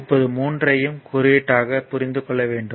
இப்போது 3 ஐ யும் குறியீடாகவும் புரிந்துக் கொள்ள வேண்டும்